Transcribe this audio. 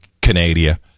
Canada